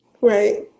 Right